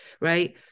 right